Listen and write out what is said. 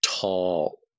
tall